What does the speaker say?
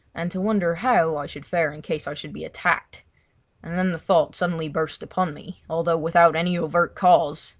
and to wonder how i should fare in case i should be attacked and then the thought suddenly burst upon me, although without any overt cause,